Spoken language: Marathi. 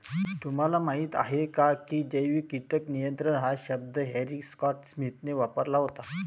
तुम्हाला माहीत आहे का की जैविक कीटक नियंत्रण हा शब्द हॅरी स्कॉट स्मिथने वापरला होता?